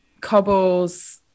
cobbles